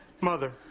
Mother